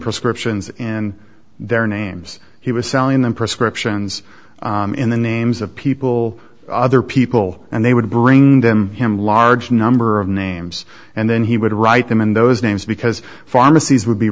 prescriptions in their names he was selling them prescriptions in the names of people other people and they would bring him large number of names and then he would write them in those names because pharmacies would be